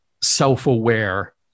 self-aware